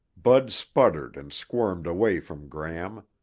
bud sputtered and squirmed away from gram.